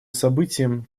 событием